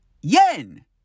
Yen